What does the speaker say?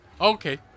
Okay